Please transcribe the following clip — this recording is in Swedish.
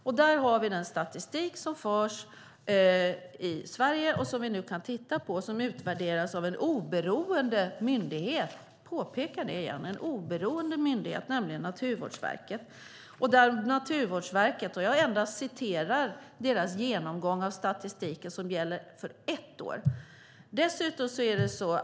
Där kan vi titta på den statistik som förs i Sverige och som utvärderas av en oberoende myndighet - jag påpekar detta igen - nämligen Naturvårdsverket. Jag hänvisar endast till deras genomgång av statistiken för ett år.